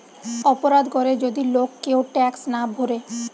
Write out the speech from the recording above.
অপরাধ করে যদি লোক কেউ ট্যাক্স না ভোরে